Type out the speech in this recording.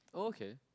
okay